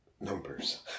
numbers